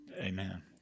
Amen